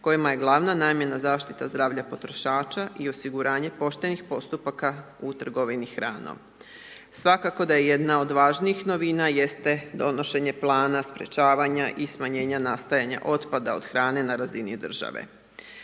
kojima je glavna namjena zaštita zdravlja potrošača i osiguranje poštenih postupaka u trgovini hranom. Svakako da je jedna od važnijih novina jeste donošenje plana sprečavanja i smanjenja nastajanja otpada od hrane na razini države.